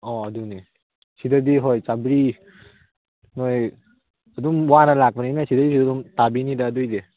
ꯑꯣ ꯑꯗꯨꯅꯦ ꯁꯤꯗꯗꯤ ꯍꯣꯏ ꯆꯥꯝꯃꯔꯤ ꯅꯣꯏ ꯑꯗꯨꯝ ꯋꯥꯅ ꯂꯥꯛꯄꯅꯤꯅ ꯁꯤꯗꯩꯁꯨ ꯑꯗꯨꯝ ꯇꯥꯕꯤꯅꯤꯗ ꯑꯗꯨꯏꯗꯤ